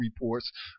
reports